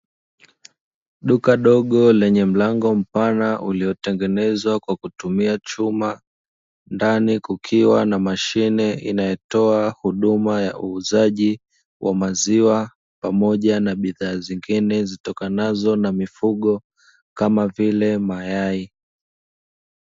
Duka dogo lenye mlango mpana uliotengenezwa kwa kutumia chuma, ndani kukiwa na mashine inayotoa huduma ya uuzaji wa maziwa, pamoja na bidhaa zingine zitokanazo na mifugo kama vile mayai.